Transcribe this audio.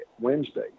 Wednesday